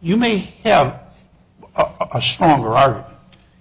you may have up a storm or are